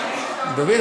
דוד,